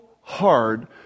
hard